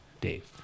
dave